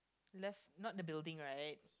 left not the building right